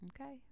okay